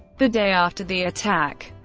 the day after the attack,